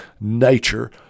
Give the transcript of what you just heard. nature